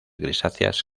grisáceas